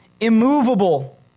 immovable